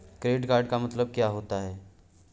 Credit का मतलब क्या होता है?